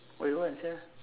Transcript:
what you want sia